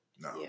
no